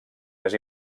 més